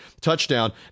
touchdown